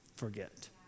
forget